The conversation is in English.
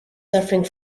suffering